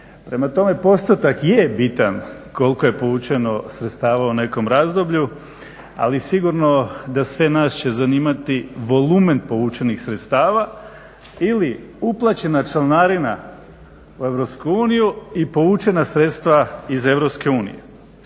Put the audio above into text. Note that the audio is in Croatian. prema tome postotak je bitan, koliko je povučeno sredstava u nekom razdoblju ali sigurno da sve nas će zanimati volumen povučenih sredstava ili uplaćena članarina u EU i povučena sredstva iz EU.